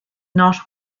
not